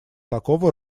такого